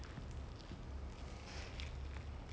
and I don't know it's set in the eighties I think